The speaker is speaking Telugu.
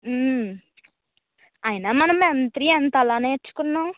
అయినా మనం ఎం త్రీ అంత ఎలా నేర్చుకున్నాం